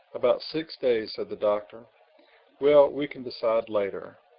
about six days, said the doctor well, we can decide later.